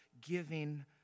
giving